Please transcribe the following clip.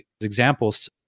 examples